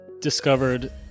discovered